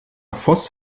voß